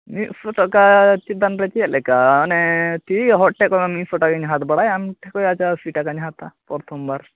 ᱢᱤᱫᱥᱚ ᱴᱟᱠᱟ ᱪᱮᱛᱟᱱ ᱨᱮ ᱪᱮᱫ ᱞᱮᱠᱟ ᱚᱱᱮ ᱛᱤ ᱦᱚᱲᱴᱷᱮᱱ ᱠᱷᱚᱱ ᱢᱤᱫᱥᱚ ᱴᱟᱠᱟᱧ ᱦᱟᱛ ᱵᱟᱲᱟᱭᱟ ᱟᱢ ᱴᱷᱮᱱ ᱠᱷᱚᱱ ᱟᱪᱪᱷᱟ ᱟᱥᱤ ᱴᱟᱠᱟᱧ ᱦᱟᱛᱟ ᱯᱨᱚᱛᱷᱚᱢ ᱵᱟᱨ